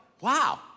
Wow